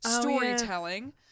storytelling